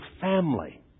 family